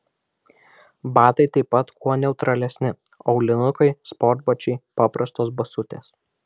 batai taip pat kuo neutralesni aulinukai sportbačiai paprastos basutės